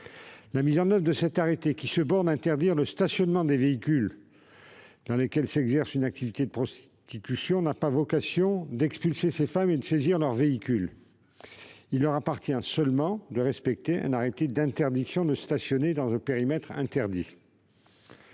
La mise en oeuvre de cet arrêté, qui se borne à interdire le stationnement des véhicules dans lesquels s'exerce une activité de prostitution, n'a pas pour vocation d'expulser ces femmes ni de saisir leurs véhicules ; il leur appartient seulement de respecter l'arrêté et de ne pas stationner dans le périmètre interdit.